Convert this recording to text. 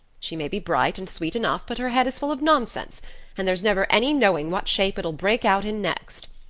she may be bright and sweet enough, but her head is full of nonsense and there's never any knowing what shape it'll break out in next.